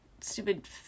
stupid